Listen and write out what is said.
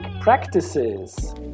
practices